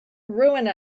ruin